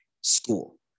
school